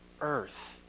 earth